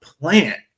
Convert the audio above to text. plant